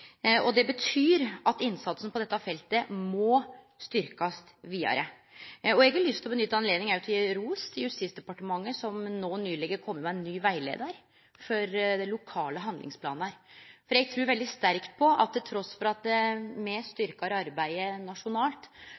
Det betyr at innsatsen på dette feltet må styrkast vidare. Eg har lyst å nytte høvet til å gje ros til Justisdepartementet, som nyleg har kome med ein ny rettleiar for lokale handlingsplanar. Eg trur veldig sterkt på at me – til tross for at me styrkjer arbeidet nasjonalt